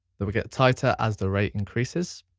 they will get tighter as the rate increases.